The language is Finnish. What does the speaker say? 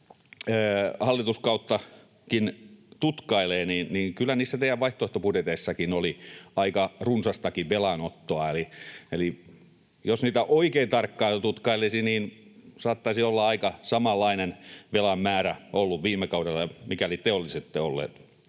viime hallituskauttakin tutkailee, niin kyllä niissä teidän vaihtoehtobudjeteissakin oli aika runsastakin velanottoa. Eli jos niitä oikein tarkkaan tutkailisi, niin olisi saattanut olla aika samanlainen velan määrä viime kaudella, mikäli te olisitte olleet